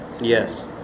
Yes